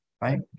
right